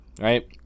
right